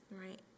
right